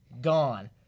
gone